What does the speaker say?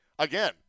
Again